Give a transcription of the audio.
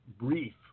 brief